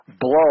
blow